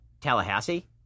Tallahassee